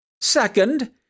Second